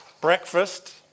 breakfast